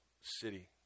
city